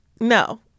No